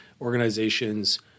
organizations